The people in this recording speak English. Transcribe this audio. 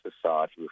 society